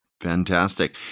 Fantastic